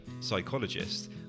psychologist